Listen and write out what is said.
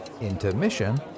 Intermission